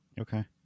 Okay